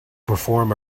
perform